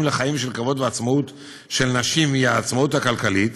לחיים של כבוד ועצמאות של נשים היא עצמאות כלכלית,